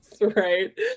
right